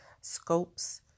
scopes